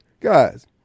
guys